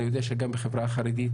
אני יודע שגם בחברה החרדית